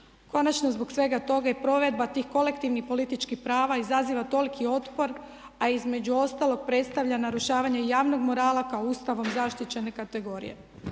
Konačno zbog svega toga i provedba tih kolektivnih političkih prava izaziva toliki otpor a između ostalog predstavlja narušavanje javnog morala kao Ustavom zaštićene kategorije.